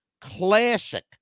classic